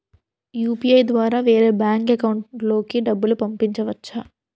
UPI ద్వారా వేరే bank account లోకి డబ్బులు పంపించవచ్చా?